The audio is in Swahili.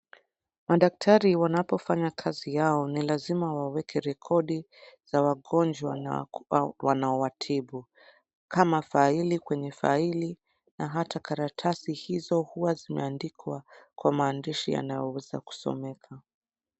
Madaktari wanapofanya kazi yao ni lazima waweke recordi za wagonjwa na wanaowatibu. Kama faili kwenye faili na hata karatasi hizo huwa zimeandikwa, kwa maandishi yanayoweza kusomeka .